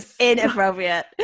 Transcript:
inappropriate